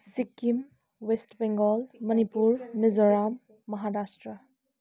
Sikkim West Bengal Manipur Mizoram Maharashtra